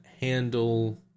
handle